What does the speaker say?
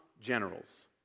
generals